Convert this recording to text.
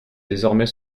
désormais